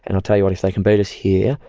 and i tell you what, if they can beat us here,